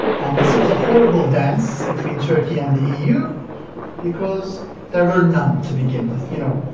and this was a horrible dance between turkey and the eu because there were none to begin with, you know?